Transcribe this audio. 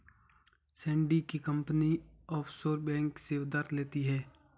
Sandy की company offshore bank से उधार लेती है